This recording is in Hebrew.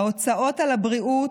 ההוצאות על הבריאות,